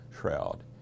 shroud